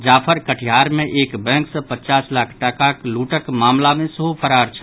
जाफर कटिहार मे एक बैंक सॅ पचास लाख टाकाक लूटक मामिला मे सेहो फरार छल